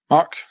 Mark